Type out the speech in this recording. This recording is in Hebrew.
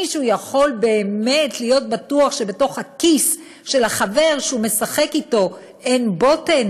מישהו יכול באמת להיות בטוח שבתוך הכיס של החבר שהוא משחק אתו אין בוטן,